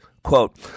Quote